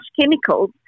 chemicals